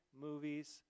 movies